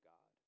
God